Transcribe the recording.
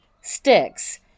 sticks